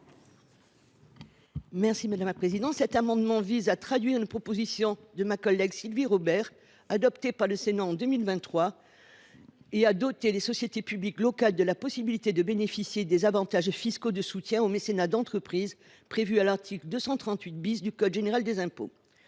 Monique de Marco. Cet amendement vise à traduire une proposition de notre collègue Sylvie Robert adoptée par le Sénat en 2023 et à permettre aux sociétés publiques locales de bénéficier des avantages fiscaux de soutien au mécénat d’entreprise prévus à l’article 238 du code général des impôts.